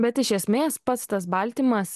bet iš esmės pats tas baltymas